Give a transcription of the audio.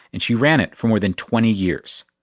and she ran it for more than twenty years.